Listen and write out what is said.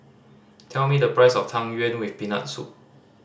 tell me the price of Tang Yuen with Peanut Soup